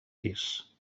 pis